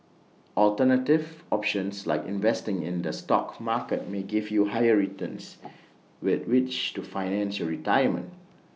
alternative options like investing in the stock market may give you higher returns with which to finance your retirement